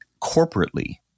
corporately—